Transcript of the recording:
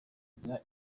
agira